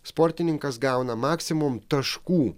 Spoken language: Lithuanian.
sportininkas gauna maksimum taškų